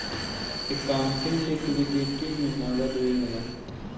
accounting liquidity में नकद भी होला